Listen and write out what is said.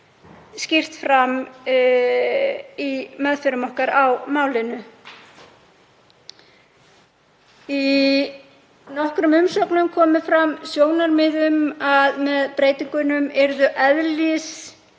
skýrt fram í meðförum okkar á málinu. Í nokkrum umsögnum komu fram sjónarmið um að með breytingunum yrðu eðlislík